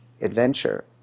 adventure